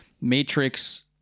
Matrix